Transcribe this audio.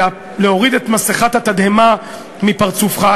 להוריד את מסכת התדהמה מפרצופך,